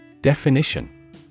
Definition